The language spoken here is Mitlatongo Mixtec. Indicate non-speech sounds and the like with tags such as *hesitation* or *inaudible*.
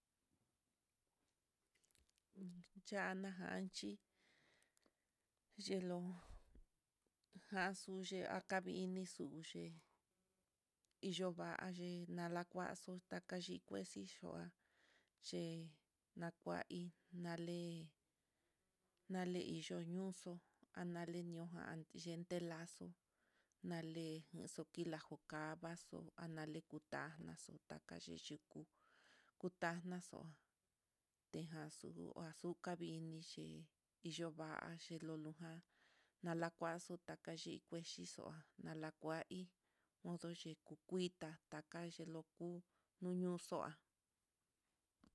Ya'á najanchí yelo janxo akavinixo, uyee iyoye na'a lakuaxo takayii, kuexi ngua c *hesitation* kuin nalé, ñale iyoo ñoxo anale ñonjan ayente laxo'o, nale xokila jokava'axo alenakutavaxo ndakaxi xhikuu, kutanaxo enlaxu azucar vii niyee iyoo vaxhi luluja nalakuaxo taka kuexixo nala kua hí modo xhí ku kuiita takaxlu kú noñoxu'a.